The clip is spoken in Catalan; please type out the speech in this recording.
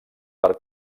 per